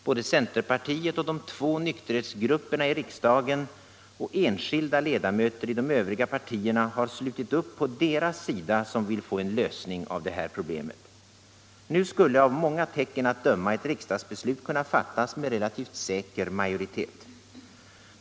Både centerpartiet och de två nykterhetsgrupperna i riksdagen och enskilda ledamöter i de övriga partierna har slutit upp på deras sida som vill få en lösning av det här problemet. Nu skulle av många tecken att döma ett riksdagsbeslut kunna fattas med relativt säker majoritet.